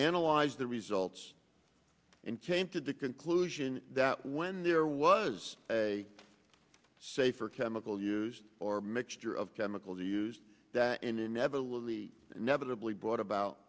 analyzed the results and came to the conclusion that when there was a safer chemical used or mixture of chemicals used that inevitably inevitably brought about